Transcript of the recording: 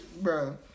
bro